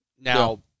Now